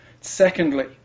Secondly